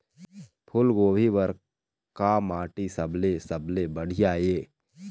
फूलगोभी बर का माटी सबले सबले बढ़िया ये?